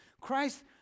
Christ